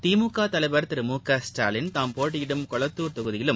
திமுக தலைவர் திரு முகஸ்டாலின் தாம் போட்டியிடும் கொளத்தூர் தொகுதியிலும்